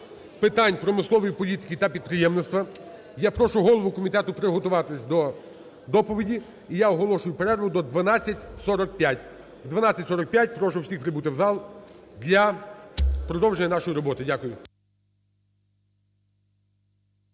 питань промислової політики та підприємництва. Я прошу голову комітету приготуватись до доповіді. І я оголошую перерву до 12:45. О 12:45 прошу всіх прибути в зал для продовження нашої роботи. Дякую.